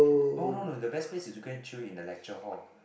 oh no no the best place is to go and chill in the lecture hall